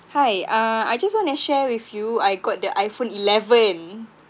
hi uh I just want to share with you I got the iphone eleven